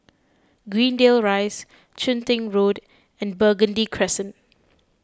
Greendale Rise Chun Tin Road and Burgundy Crescent